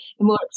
more